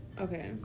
Okay